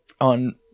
on